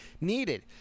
needed